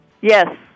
Yes